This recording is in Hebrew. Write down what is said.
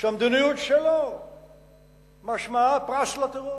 שהמדיניות שלו משמעה פרס לטרור.